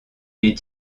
est